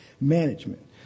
Management